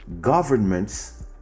governments